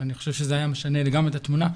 ואני חושב שזה היה משנה לגמרי את התמונה,